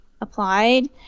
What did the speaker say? applied